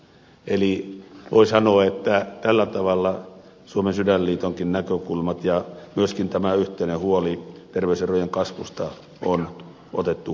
eli voi sanoa että tällä tavalla suomen sydänliitonkin näkökulmat ja myöskin tämä yhteinen huoli terveyserojen kasvusta on otettu huomioon